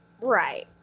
Right